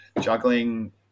juggling